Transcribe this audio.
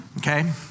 Okay